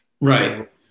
Right